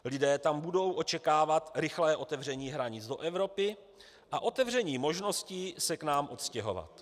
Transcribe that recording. Lidé tam budou očekávat rychlé otevření hranic do Evropy a otevření možností se k nám odstěhovat.